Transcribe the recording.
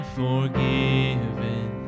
forgiven